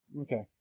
Okay